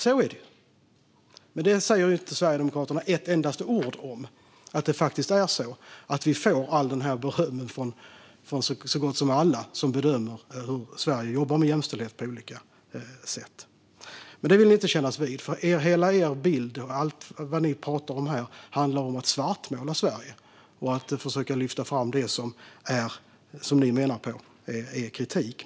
Så är det, men det säger inte Sverigedemokraterna ett endaste ord om. Ni nämner inte att vi får allt detta beröm från så gott som alla som bedömer hur Sverige jobbar med jämställdhet på olika sätt. Det vill ni inte kännas vid, för hela er bild och allt ni pratar om här handlar om att svartmåla Sverige och försöka lyfta fram det som ni menar är kritik.